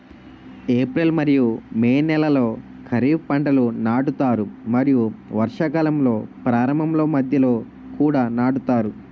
April మరియు May నెలలో ఖరీఫ్ పంటలను నాటుతారు మరియు వర్షాకాలం ప్రారంభంలో మధ్యలో కూడా నాటుతారు